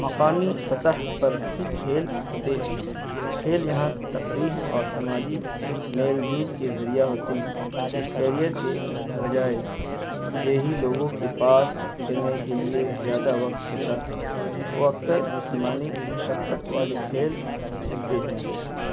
مقامی سطح پر ہی کھیل ہوتے ہیں کھیل یہاں تفریح اور سماجی میل جول کے ذریعہ ہوتے ہیں کیریئر کے بجائے دیہی لوگوں کے پاس کھیلنے کے لیے زیادہ وقت ہوتا ہے وہ اکثر جسمانی مشقت والی کھیل کھیلتے ہیں